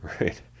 right